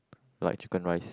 like Chicken Rice